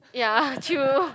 ya chill